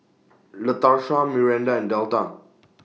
Latarsha Myranda and Delta